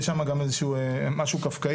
יש שם גם איזה שהוא משהו קפקאי,